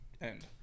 end